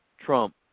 Trump